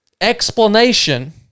explanation